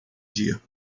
dia